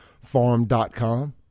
farm.com